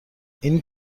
این